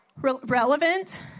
relevant